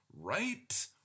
Right